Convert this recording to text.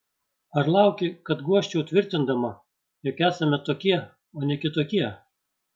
ar lauki kad guosčiau tvirtindama jog esame tokie o ne kitokie